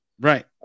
Right